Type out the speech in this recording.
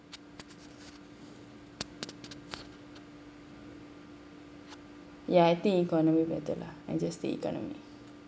ya I think economy better lah I just take economy